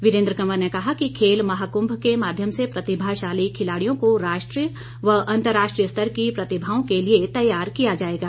वीरेंद्र कंवर ने कहा कि खेल महाकृंभ के माध्यम से प्रतिभाशाली खिलाड़ियों को राष्ट्रीय व अंतर्राष्ट्रीय स्तर की प्रतिभाओं के लिए तैयार किया जाएगा